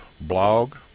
blog